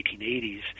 1880s